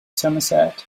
somerset